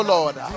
Lord